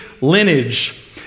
lineage